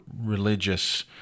religious